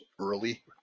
early